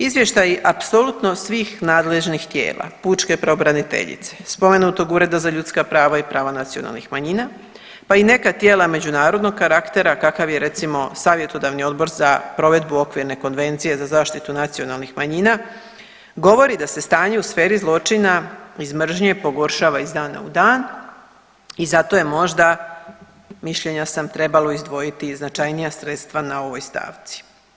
Izvještaji apsolutno svih nadležnih tijela pučke pravobraniteljice, spomenutog Ureda za ljudska prava i prava nacionalnih manjina pa i neka tijela međunarodnog karaktera kakav je recimo savjetodavni Odbor za provedbu okvirne konvencije za zaštitu nacionalnih manjina govori da se stanje u sferi zločina iz mržnje pogoršava iz dana u dan i zato je možda mišljenja sam trebalo izdvojiti i značajnija sredstva na ovoj stavci.